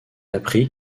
appris